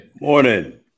Morning